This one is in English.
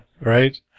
right